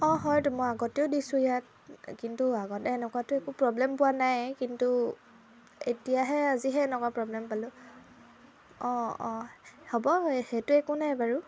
অঁ হয়তো মই আগতেও দিছোঁ ইয়াত কিন্তু আগতে এনেকুৱাতো প্ৰবলেম পোৱা নাই কিন্তু এতিয়াহে আজিহে এনেকুৱা প্ৰবলেম পালোঁ অঁ অঁ হ'ব সেইটো একো নাই বাৰু